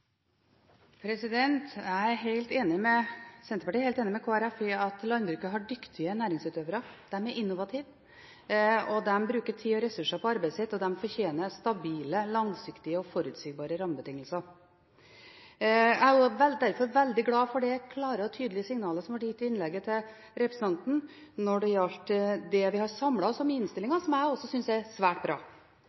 helt enig med Kristelig Folkeparti i at landbruket har dyktige næringsutøvere. De er innovative og bruker tid og ressurser på arbeidet sitt, og de fortjener stabile, langsiktige og forutsigbare rammebetingelser. Jeg er derfor veldig glad for det klare og tydelige signalet som ble gitt i innlegget til representanten når det gjaldt det vi har samlet oss om i innstillingen, som jeg også synes er svært bra.